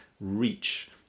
reach